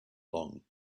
long